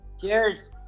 Cheers